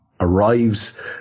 Arrives